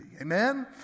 Amen